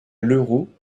leroux